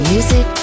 Music